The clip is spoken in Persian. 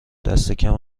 دستکم